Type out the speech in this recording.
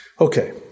Okay